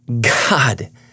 God